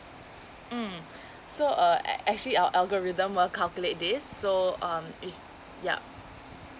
mm so uh ac~ actually al~ algorithm will calculate this so um if yeah